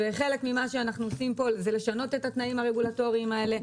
חלק ממה שאנחנו עושים פה זה לשנות את התנאים הרגולטוריים האלה.